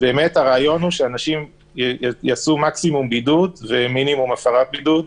הרעיון הוא שאנשים יעשו מקסימום בידוד ומינימום הפרת בידוד,